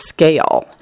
scale